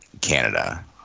Canada